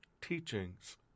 teachings